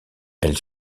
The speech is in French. elle